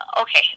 okay